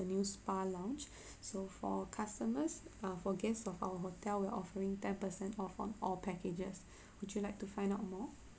a new spa lounge so for customers err for guests of our hotel we are offering ten percent off on all packages would you like to find out more